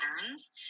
patterns